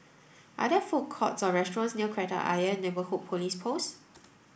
are there food courts or restaurants near Kreta Ayer Neighbourhood Police Post